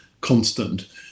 constant